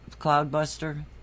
cloudbuster